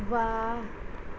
واہ